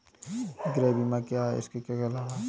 गृह बीमा क्या है इसके क्या लाभ हैं?